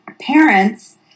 parents